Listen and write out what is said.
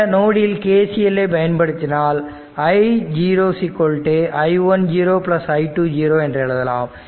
இந்த நோடில் KCL ஐ பயன்படுத்தினால் i0 i1 i2 என்று எழுதலாம்